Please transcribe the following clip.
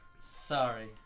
Sorry